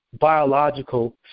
biological